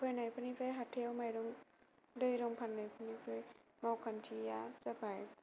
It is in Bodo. फोनायफोरनिफ्राय हाथायाव माइरं दैरं फाननाय मावखान्थिया जाबाय